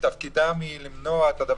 לפעמים פשוטו כמשמעו --- עד היום,